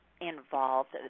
involved